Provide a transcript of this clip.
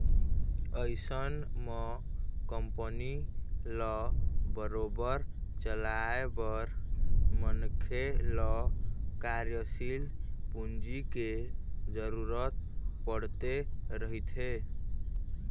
अइसन म कंपनी ल बरोबर चलाए बर मनखे ल कार्यसील पूंजी के जरुरत पड़ते रहिथे